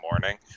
morning